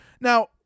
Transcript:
Now